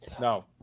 No